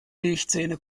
milchzähne